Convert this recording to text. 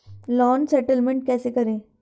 Loan settlement कैसे करें?